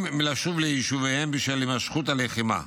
מלשוב ליישוביהם בשל הימשכות הלחימה.